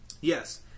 Yes